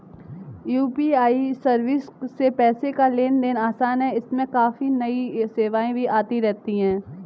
UPI service से पैसे का लेन देन आसान है इसमें काफी नई सेवाएं भी आती रहती हैं